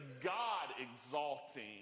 God-exalting